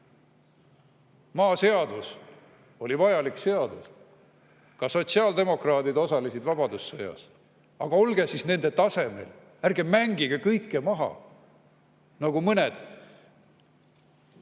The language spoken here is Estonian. Maaseadus oli vajalik seadus. Ka sotsiaaldemokraadid osalesid vabadussõjas. Aga olge siis nende tasemel. Ärge mängige kõike maha nagu mõned,